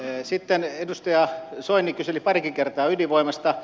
sitten edustaja soini kyseli parikin kertaa ydinvoimasta